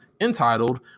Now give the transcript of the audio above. entitled